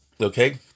Okay